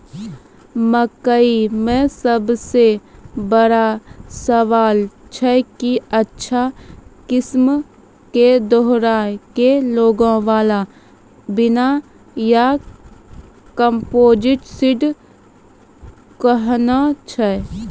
मकई मे सबसे बड़का सवाल छैय कि अच्छा किस्म के दोहराय के लागे वाला बिया या कम्पोजिट सीड कैहनो छैय?